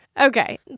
Okay